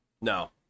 No